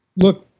look.